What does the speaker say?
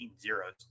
zeros